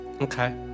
Okay